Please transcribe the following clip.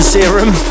Serum